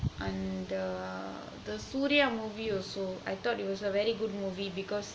under the surya movie also I thought it was a very good movie because